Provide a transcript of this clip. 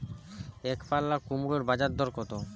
একপাল্লা কুমড়োর বাজার দর কত?